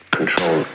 Control